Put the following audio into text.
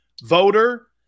voter